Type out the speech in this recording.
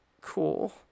cool